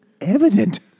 evident